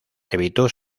evitó